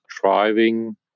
driving